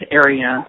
area